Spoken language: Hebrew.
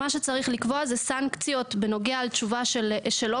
מה שצריך לקבוע הוא סנקציות בנוגע לתשובה שלא